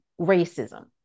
racism